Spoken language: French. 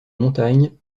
montagne